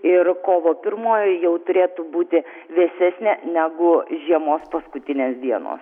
ir kovo pirmoji jau turėtų būti vėsesnė negu žiemos paskutinės dienos